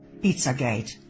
Pizzagate